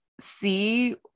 see